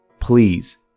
Please